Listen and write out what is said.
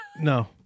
No